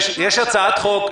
יש הצעת חוק,